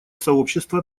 сообщества